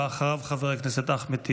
אחריו, חבר הכנסת אחמד טיבי.